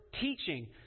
teaching